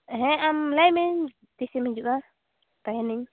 ᱦᱮᱸ ᱟᱢ ᱞᱟᱹᱭ ᱢᱮ ᱛᱤᱥᱮᱢ ᱦᱤᱡᱩᱜᱼᱟ ᱛᱟᱦᱮᱱᱟᱹᱧ